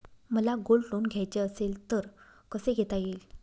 मला gold loan घ्यायचे असेल तर कसे घेता येईल?